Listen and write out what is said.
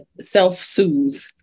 self-soothe